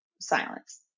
silence